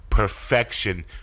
Perfection